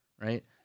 right